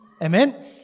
Amen